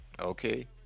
Okay